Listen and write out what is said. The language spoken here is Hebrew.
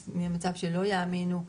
ממצב שלא יאמינו,